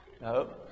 no